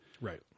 right